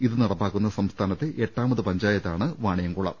ഇത് നടപ്പാക്കുന്ന സംസ്ഥാനത്തെ എട്ടാമത് പഞ്ചായത്താണ് വാണിയംകുളം